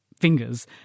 fingers